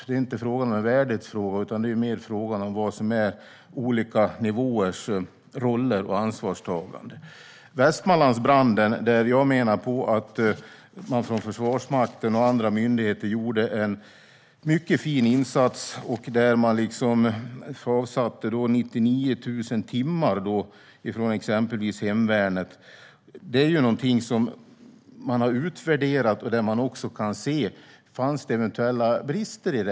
Det är inte en värdighetsfråga, utan det är mer fråga om vad som är olika nivåers roller och ansvarstagande. Jag menar att man från Försvarsmakten och andra myndigheter gjorde en mycket fin insats vid Västmanlandsbranden. Exempelvis hemvärnet avsatte då 99 000 timmar. Detta har utvärderats för att se om det fanns eventuella brister.